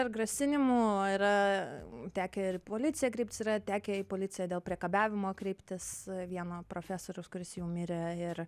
ir grasinimų yra tekę ir į policiją kreiptis yra tekę į policiją dėl priekabiavimo kreiptis vieno profesoriaus kuris jau mirė ir